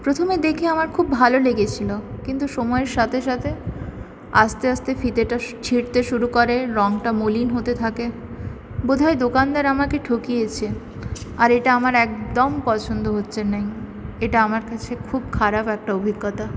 প্রথমে দেখে আমার খুব ভালো লেগেছিল কিন্তু সময়ের সাথে সাথে আস্তে আস্তে ফিতেটা ছিঁড়তে শুরু করে রঙটা মলিন হতে থাকে বোধহয় দোকানদার আমাকে ঠকিয়েছে আর এটা আমার একদম পছন্দ হচ্ছে না এটা আমার কাছে খুব খারাপ একটা অভিজ্ঞতা